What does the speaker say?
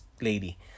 lady